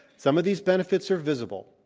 some of these benefits are visible,